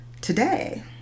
today